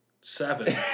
seven